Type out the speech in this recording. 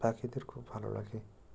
পাখিদের খুব ভালো লাগে